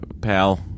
pal